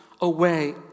away